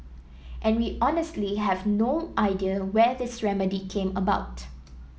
and we honestly have no idea where this remedy came about